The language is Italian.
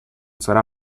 sarà